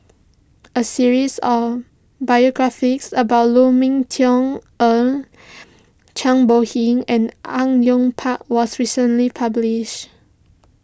a series of biographies about Lu Ming Teh Earl Zhang Bohe and Au Yue Pak was recently published